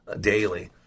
daily